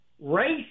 race